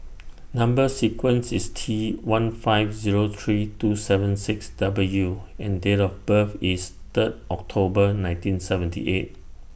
Number sequence IS T one five Zero three two seven six W and Date of birth IS Third October nineteen seventy eight